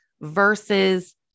versus